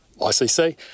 ICC